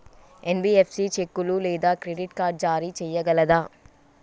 NBFC చెక్కులు లేదా credit card జారీ చేయగలదా?